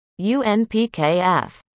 unpkf